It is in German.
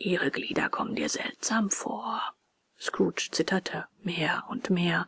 ihre glieder kommen dir seltsam vor scrooge zitterte mehr und mehr